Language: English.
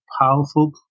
powerful